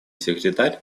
секретарь